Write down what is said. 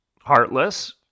heartless